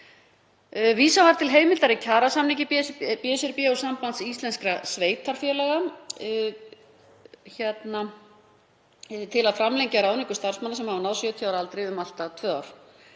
Vísað var til heimildar í kjarasamningi BSRB og Sambands íslenskra sveitarfélaga til að framlengja ráðningu starfsmanna sem hafa náð 70 ára aldri um allt að tvö ár.